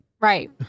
right